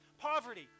Poverty